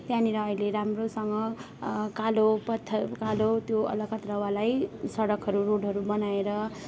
त्यहाँनिर अहिले राम्रोसँग कालो पत्थर कालो त्यो अलकत्रावालै सडकहरू रोडहरू बनाएर